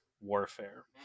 warfare